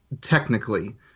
technically